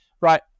Right